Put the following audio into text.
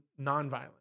nonviolent